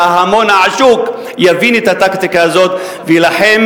שההמון העשוק יבין את הטקטיקה הזאת ויילחם